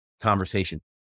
conversation